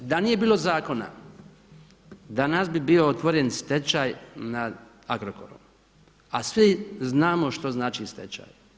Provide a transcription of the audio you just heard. Da nije bilo zakona danas bi bio otvoren stečaj nad Agrokorom, a svi znamo što znači stečaj.